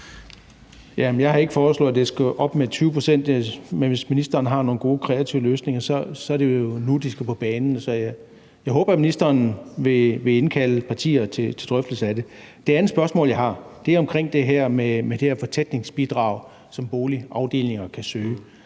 jeg har ikke foreslået, at det skulle op med 20 pct., men hvis ministeren har nogle gode kreative løsninger, er det jo nu, de skal på banen. Jeg håber, at ministeren vil indkalde partier til drøftelser om det. Det andet spørgsmål, jeg har, er omkring det her fortætningsbidrag, som boligafdelinger kan søge.